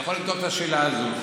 אני יכול לבדוק את השאלה הזאת.